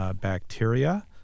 bacteria